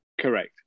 Correct